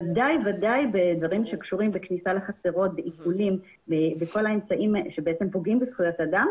ודאי בדברים שקשורים בכניסה לחצרות ולדברים שפוגעים בזכויות אדם